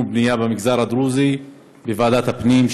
ובנייה במגזר הדרוזי בוועדת הפנים,